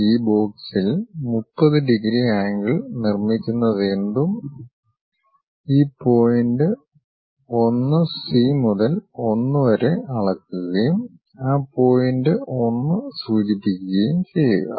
ഈ ബോക്സിൽ 30 degree angle നിർമ്മിക്കുന്നതെന്തും ഈ പോയിന്റ് 1 സി മുതൽ 1 വരെ അളക്കുകയും ആ പോയിന്റ് 1 സൂചിപ്പികുകയും ചെയ്യുക